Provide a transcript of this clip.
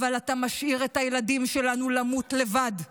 אבל אתה משאיר את הילדים שלנו למות לבד.